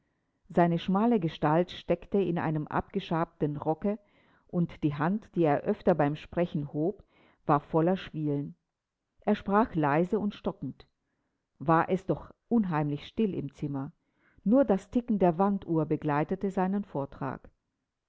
seine schmale gestalt steckte in einem abgeschabten rocke und die hand die er öfter beim sprechen hob war voller schwielen er sprach leise und stockend war es doch so unheimlich still im zimmer nur das ticken der wanduhr begleitete seinen vortrag